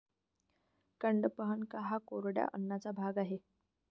कडपह्नट हा कोरड्या अन्नाचा भाग आहे